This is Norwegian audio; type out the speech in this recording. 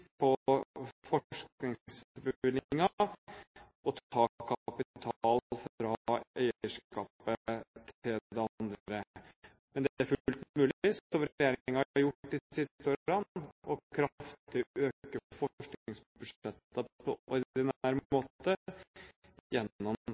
på forskningsbevilgninger å ta kapital fra eierskapet til det andre. Men det er fullt mulig, som regjeringen har gjort de siste årene, å øke forskningsbudsjettene kraftig på ordinær